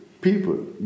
people